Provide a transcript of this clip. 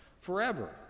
forever